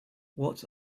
what